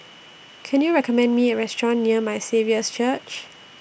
Can YOU recommend Me A Restaurant near My Saviour's Church